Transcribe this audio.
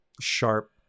sharp